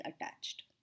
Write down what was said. attached